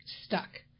stuck